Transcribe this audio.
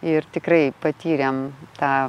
ir tikrai patyrėm tą